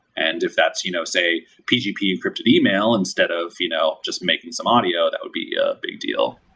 and if that's, you know say, pgp encrypted email, instead of you know just making some audio, that would be a big deal.